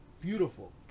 Beautiful